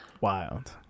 wild